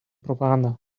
propaganda